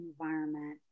environment